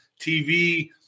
TV